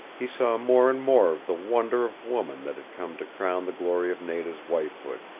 he saw more and more of the wonder of woman that had come to crown the glory of nada's wifehood,